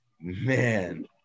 Man